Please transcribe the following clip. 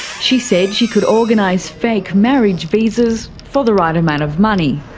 she said she could organise fake marriage visas for the right amount of money.